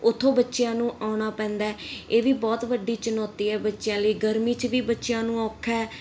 ਉੱਥੋਂ ਬੱਚਿਆਂ ਨੂੰ ਆਉਣਾ ਪੈਂਦਾ ਹੈ ਇਹ ਵੀ ਬਹੁਤ ਵੱਡੀ ਚੁਣੌਤੀ ਹੈ ਬੱਚਿਆਂ ਲਈ ਗਰਮੀ 'ਚ ਵੀ ਬੱਚਿਆਂ ਨੂੰ ਔਖਾ ਹੈ